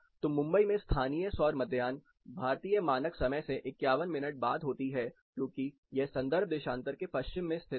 तो मुंबई में स्थानीय सौर मध्याह्न भारतीय मानक समय से 51 मिनट बाद होती है क्योंकि यह संदर्भ देशांतर के पश्चिम में स्थित है